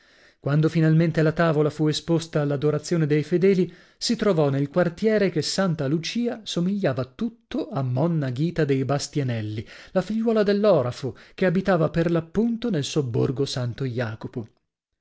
quando finalmente la tavola fu esposta all'adorazione dei fedeli si trovò nel quartiere che santa lucia somigliava tutta a monna ghita dei bastianelli la figliuola dell'orafo che abitava per l'appunto nel sobborgo santo jacopo